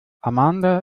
amanda